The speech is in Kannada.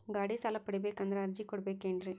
ಗಾಡಿ ಸಾಲ ಪಡಿಬೇಕಂದರ ಅರ್ಜಿ ಕೊಡಬೇಕೆನ್ರಿ?